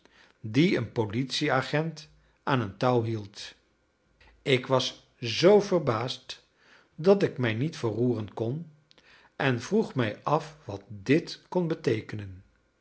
dien een politieagent aan een touw hield ik was zoo verbaasd dat ik mij niet verroeren kon en vroeg mij af wat dit kon beteekenen